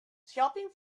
shopping